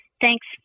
thanks